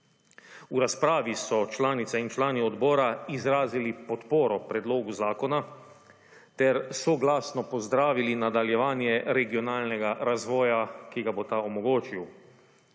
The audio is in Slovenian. V razpravi so članice in člani odbora izrazili podporo predlogu zakona ter soglasno pozdravili nadaljevanje regionalnega razvoja, ki ga bo ta omogočil.